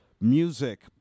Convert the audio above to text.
music